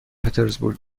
پترزبورگ